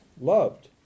loved